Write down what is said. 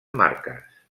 marques